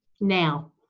Now